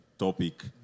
topic